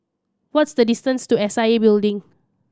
what's the distance to S I A Building